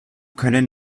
können